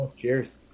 Cheers